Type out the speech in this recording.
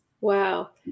Wow